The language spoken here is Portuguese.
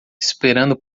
esperando